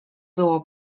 było